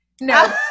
No